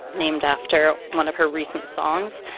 named after one of her recent songs.